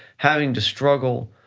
having to struggle